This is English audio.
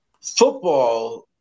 Football